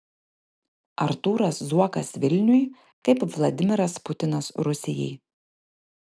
artūras zuokas vilniui kaip vladimiras putinas rusijai